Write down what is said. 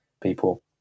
people